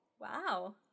Wow